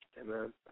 Amen